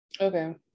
Okay